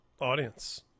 audience